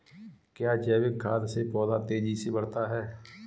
क्या जैविक खाद से पौधा तेजी से बढ़ता है?